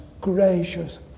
gracious